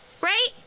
Right